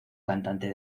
cantante